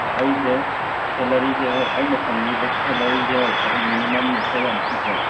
ꯑꯩꯁꯦ ꯁꯦꯂꯔꯤꯁꯦ ꯍꯣꯏ ꯑꯩꯅ ꯐꯪꯉꯛꯏꯕ ꯁꯦꯂꯔꯤꯁꯦ ꯍꯣꯏ ꯈ꯭ꯋꯥꯏ ꯃꯤꯅꯤꯃꯝꯅꯦ ꯈꯔꯌꯥꯝ ꯄꯤꯛꯑꯦ